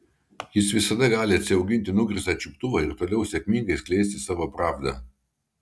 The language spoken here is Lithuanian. jis visada gali atsiauginti nukirstą čiuptuvą ir toliau sėkmingai skleisti savo pravdą